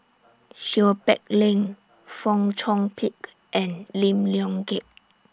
Seow Peck Leng Fong Chong Pik and Lim Leong Geok